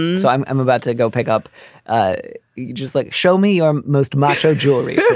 um so i'm i'm about to go pick up ah you just like show me your most macho jewelry. yeah